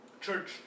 Church